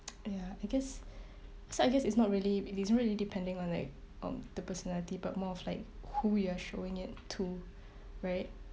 ya I guess so I guess it's not really it's not really depending on like on the personality but more of like who you are showing it to right